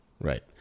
Right